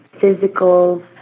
physical